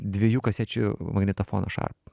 dviejų kasečių magnetofoną šarp